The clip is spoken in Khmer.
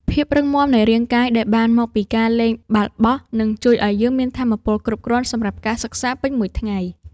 ភាពរឹងមាំនៃរាងកាយដែលបានមកពីការលេងបាល់បោះនឹងជួយឱ្យយើងមានថាមពលគ្រប់គ្រាន់សម្រាប់ការសិក្សាពេញមួយថ្ងៃ។